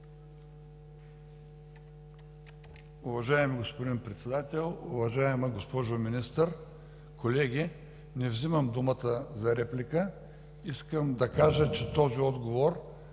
Уважаеми господин Председател, уважаема госпожо Министър, колеги! Не взимам думата за реплика. Искам да кажа, че този отговор изключително